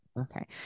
Okay